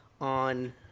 on